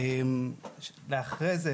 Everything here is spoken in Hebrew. אחר כך,